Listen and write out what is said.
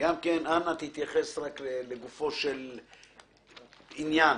אנא התייחס לגופו של עניין.